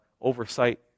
oversight